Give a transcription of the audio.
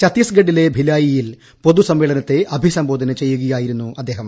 ഛത്തീസ്ഗഡിലെ ഭിലായിയിൽ പൊതു സമ്മേളനത്തെ അഭിസംബോധന ചെയ്യുകയായിരുന്നു അദ്ദേഹം